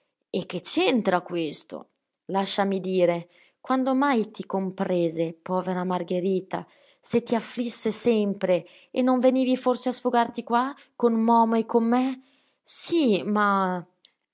e che c'entra questo lasciami dire quando mai ti comprese povera margherita se ti afflisse sempre e non venivi forse a sfogarti qua con momo e con me sì ma